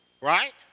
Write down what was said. Right